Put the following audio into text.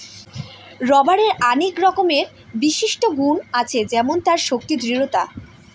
রবারের আনেক রকমের বিশিষ্ট গুন আছে যেমন তার শক্তি, দৃঢ়তা